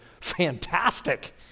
Fantastic